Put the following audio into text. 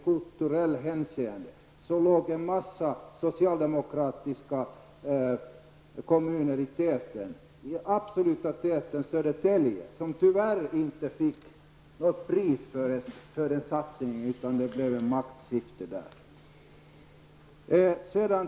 Det visade sig att en mängd socialdemokratiska kommuner låg i toppen. I den absoluta toppen låg Södertälja, som tyvärr inte fick något pris för sin satsning, utan där blev det i stället ett maktskifte.